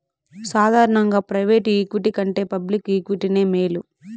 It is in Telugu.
సాదారనంగా ప్రైవేటు ఈక్విటి కంటే పబ్లిక్ ఈక్విటీనే మేలు